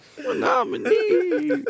nominee